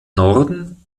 norden